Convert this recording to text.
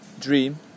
dream